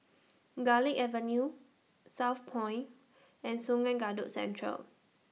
Garlick Avenue Southpoint and Sungei Kadut Central